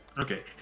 Okay